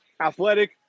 athletic